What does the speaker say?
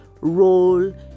role